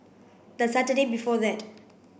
the Saturday before that